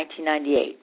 1998